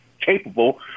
capable